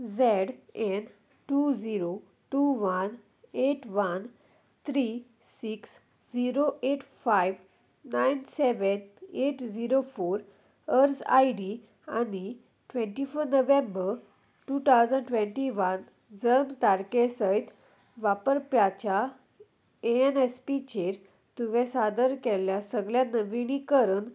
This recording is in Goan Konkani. Z N two zero two one eight one three six zero eight five nine seven eight zero four अर्ज आय डी आनी twenty four November two thousand twenty one जल्म तारखे सयत वापरप्याच्या ए एन एस पीचेर तुवें सादर केल्ल्या सगळ्या नविणीकरण